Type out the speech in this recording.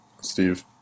Steve